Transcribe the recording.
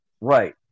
Right